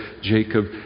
Jacob